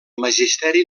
magisteri